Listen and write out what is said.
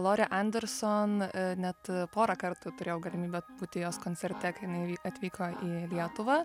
lorė anderson net pora kartų turėjau galimybę būti jos koncerte kai jinai atvyko į lietuvą